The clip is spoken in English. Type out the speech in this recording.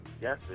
Yes